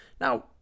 Now